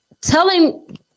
telling